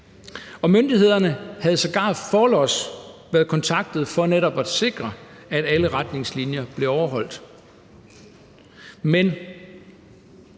Myndighederne var sågar forlods blevet kontaktet for netop at sikre, at alle retningslinjer blev overholdt. Men